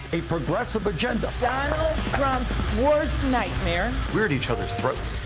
a progressive agenda. donald trump's worst nightmare. we're at each other's throats.